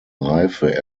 reife